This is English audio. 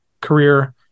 career